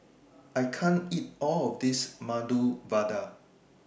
I can't eat All of This Medu Vada